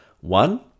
one